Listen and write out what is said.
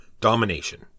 Domination